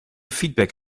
feedback